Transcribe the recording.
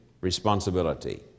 responsibility